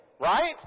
Right